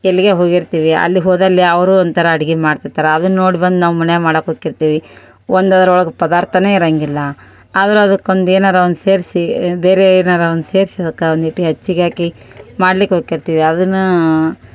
ಎಲ್ಲಿಗೇ ಹೋಗಿರ್ತೀವಿ ಅಲ್ಲಿ ಹೋದಲ್ಲಿ ಅವರು ಒಂಥರ ಅಡುಗೆ ಮಾಡ್ತಿರ್ತಾರೆ ಅದನ್ನು ನೋಡ್ಬಂದು ನಾವು ಮನಿಯಾಗ್ ಮಾಡೋಕ್ ಹೊಗಿರ್ತೀವಿ ಒಂದರೊಳಗೆ ಪದಾರ್ಥನೇ ಇರೋಂಗಿಲ್ಲ ಆದರೂ ಅದಕ್ಕೊಂದು ಏನಾದ್ರೂ ಒಂದು ಸೇರಿಸಿ ಬೇರೆ ಏನಾದ್ರೂ ಒಂದು ಸೇರಿಸಿ ಅದಕ್ಕೆ ಒಂದೀಟು ಹೆಚ್ಚಿಗೆ ಹಾಕಿ ಮಾಡ್ಲಿಕ್ಕೆ ಹೋಗಿರ್ತೀವಿ ಅದನ್ನು